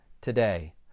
today